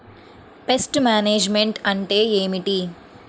Pest management అంటే ఏమిటి?